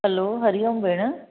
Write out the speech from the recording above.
hello Hari Om भेण